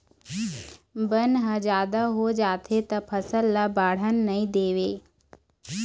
बन ह जादा हो जाथे त फसल ल बाड़हन नइ देवय